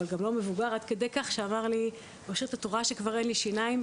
אבל גם לא מבוגר עד כדי כך שאמר לי פשוט: 'את רואה שכבר אין לי שיניים?